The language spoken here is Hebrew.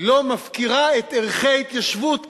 לא מפקירה את ערכי ההתיישבות כערך,